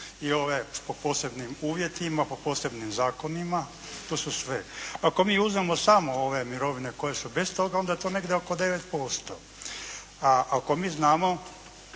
I ove po posebnim uvjetima, po posebnim zakonima. To su sve. Ako mi uzmemo samo ove mirovine koje su bez toga onda je to negdje oko 9%. A ako mi znamo